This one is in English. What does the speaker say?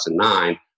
2009